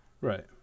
Right